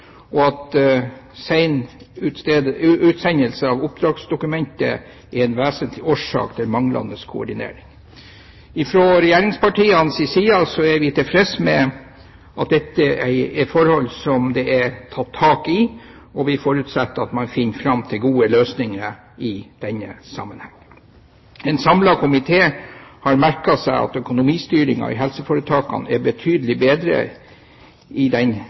side, og at sen utsendelse av oppdragsdokumentet er en vesentlig årsak til manglende koordinering. Fra regjeringspartienes side er vi tilfreds med at dette er forhold som det er tatt tak i, og vi forutsetter at man finner fram til gode løsninger i denne sammenheng. En samlet komité har merket seg at økonomistyringen i helseforetakene er blitt betydelig bedre den